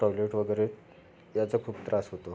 toilet वगैरे याचा खूप त्रास होतो